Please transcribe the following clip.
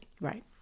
right